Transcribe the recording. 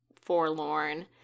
forlorn